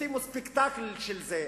ישימו spectacle של זה,